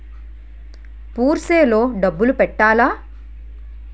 Purse లో డబ్బులు పెట్టలా?